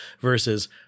versus